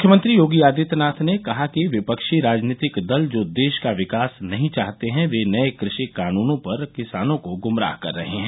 मुख्यमंत्री योगी आदित्यनाथ ने कहा कि विपक्षी राजनीतिक दल जो देश का विकास नहीं चाहते हैं वे नये कृषि कानूनों पर किसानों को गुमराह कर रहे हैं